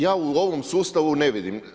Ja u ovom sustavu ne vidim.